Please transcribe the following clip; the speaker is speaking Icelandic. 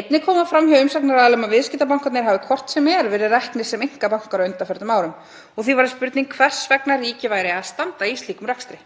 Einnig kemur fram hjá umsagnaraðilum að viðskiptabankarnir hafi hvort sem er verið reknir sem einkabankar á undanförnum árum og því væri spurning hvers vegna ríkið væri að standa í slíkum rekstri.